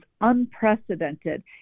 unprecedented